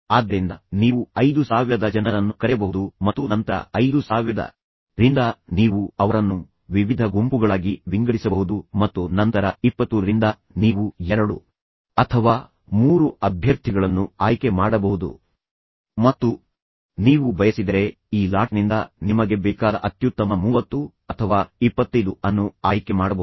ಆದ್ದರಿಂದ ನೀವು 5000 ಜನರನ್ನು ಕರೆಯಬಹುದು ಮತ್ತು ನಂತರ 5000 ರಿಂದ ನೀವು ಅವರನ್ನು ವಿವಿಧ ಗುಂಪುಗಳಾಗಿ ವಿಂಗಡಿಸಬಹುದು ಮತ್ತು ನಂತರ 20 ರಿಂದ ನೀವು 2 ಅಥವಾ 3 ಅಭ್ಯರ್ಥಿಗಳನ್ನು ಆಯ್ಕೆ ಮಾಡಬಹುದು ಮತ್ತು ನೀವು ಬಯಸಿದರೆ ಈ ಲಾಟ್ನಿಂದ ನಿಮಗೆ ಬೇಕಾದ ಅತ್ಯುತ್ತಮ 30 ಅಥವಾ 25 ಅನ್ನು ಆಯ್ಕೆ ಮಾಡಬಹುದು